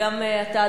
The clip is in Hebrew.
שגם אתה,